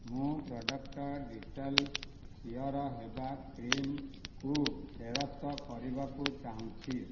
ମୁଁ product Dettol ଖିଅର ହେବା କ୍ରିମ୍କୁ ଫେରସ୍ତ କରିବାକୁ ଚାହୁଁଛି